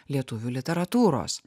lietuvių literatūros